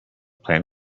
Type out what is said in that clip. plan